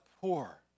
poor